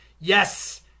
Yes